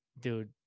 Dude